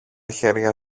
χέρια